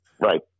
Right